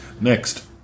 Next